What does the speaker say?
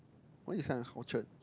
why you sign up at Orchard